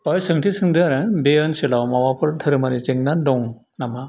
बाहाय सोंथि सोंदों आरो बे ओनसोलाव माबाफोर धोरोमारि जेंना दं नामा